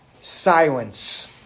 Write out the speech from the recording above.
Silence